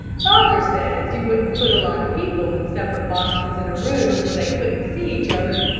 father says you wouldn't put a lot of people in separate boxes in a room, where they couldn't see each other,